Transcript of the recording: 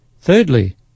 Thirdly